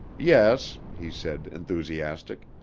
yes, he said, enthusiastic,